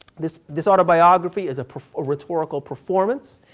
this this autobiography is a rhetorical performance.